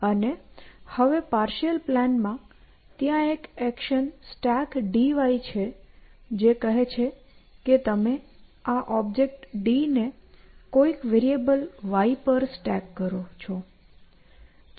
અને હવે પાર્શિઅલ પ્લાનમાં ત્યાં એક એક્શન StackDy છે જે કહે છે કે તમે આ ઓબ્જેક્ટ D ને કોઈક વેરિએબલ y પર સ્ટેક કરો છો